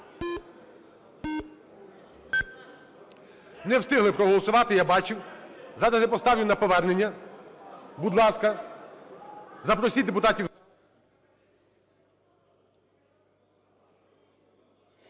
Не встигли проголосувати, я бачив. Зараз я поставлю на повернення. Будь ласка, запросіть депутатів…